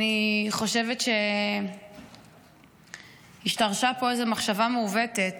אני חושבת שהשתרשה פה איזו מחשבה מעוותת,